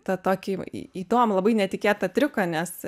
tą tokį į įdomų labai netikėtą triuką nes